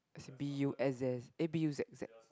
B U S S eh B U Z Z